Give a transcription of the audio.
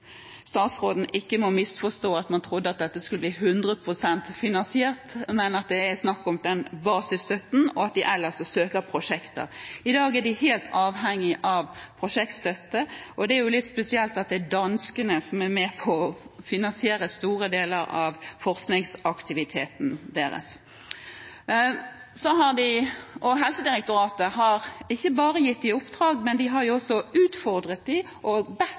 dette skulle bli 100 pst. finansiert, men det er snakk om den basisstøtten og at de ellers søker for prosjekter. I dag er de helt avhengig av prosjektstøtte, og det er jo litt spesielt at det er danskene som er med på å finansiere store deler av forskningsaktiviteten deres. Helsedirektoratet har ikke bare gitt dem oppdrag, de har også utfordret dem og bedt